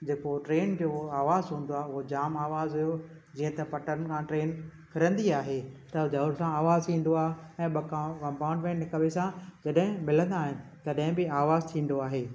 जेको ट्रेन जो आवाज़ु हूंदो आहे उहो जाम आवाज़ु हुओ जीअं त पटनि मां ट्रेन फिरंदी आहे त ज़ोर सां आवाज़ु ईंदो आहे ऐं ॿ कंपाउंटमेंट हिक ॿिए सां जॾहिं मिलंदा आहिनि तॾहिं बि आवाज़ु थींदो आहे